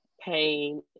pain